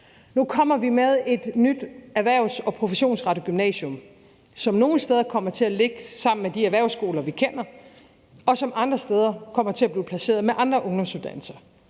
Nu kommer vi med et nyt erhvervs- og professionsrettet gymnasium, som nogle steder kommer til at ligge sammen med de erhvervsskoler, vi kender, og som andre steder kommer til at blive placeret sammen med andre ungdomsuddannelser,